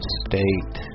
state